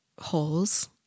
holes